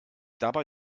dabei